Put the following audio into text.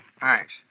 Thanks